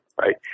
right